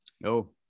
No